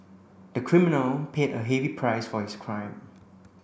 the criminal paid a heavy price for his crime